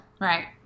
Right